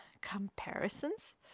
comparisons